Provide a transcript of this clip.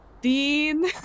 Dean